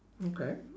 okay